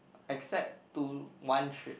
except to one trip